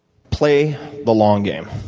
play the long game.